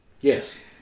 Yes